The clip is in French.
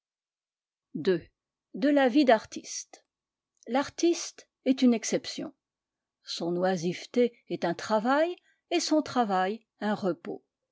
de la vie d'artiste l'artiste est une exception son oisiveté est un travail et son travail un repos